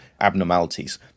abnormalities